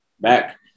back